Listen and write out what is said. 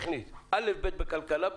זה אל"ף-בי"ת בכלכלה.